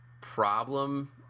problem